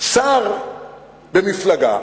שר במפלגה